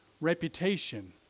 reputation